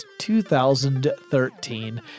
2013